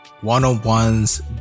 One-on-ones